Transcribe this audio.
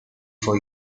for